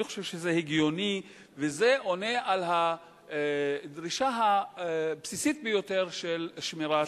אני חושב שזה הגיוני ועונה על הדרישה הבסיסית ביותר של שמירת פרטיות.